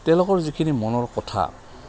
তেওঁলোকৰ যিখিনি মনৰ কথা